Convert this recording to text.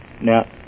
Now